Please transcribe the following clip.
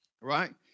right